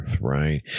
right